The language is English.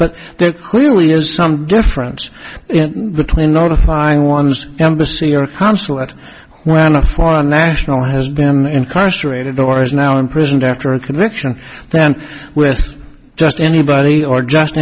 but there clearly is some difference between notifying one's embassy or consulate when a foreign national has been incarcerated or is now imprisoned after a conviction than with just anybody or just